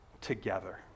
together